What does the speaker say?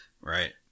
Right